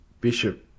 Bishop